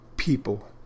people